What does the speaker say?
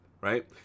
right